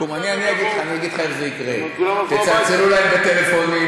אני אגיד לך איך זה יקרה: תצלצלו להם בטלפונים,